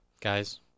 Guys